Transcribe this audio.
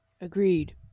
agreed